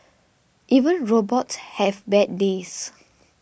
even robots have bad days